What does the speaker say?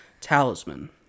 talisman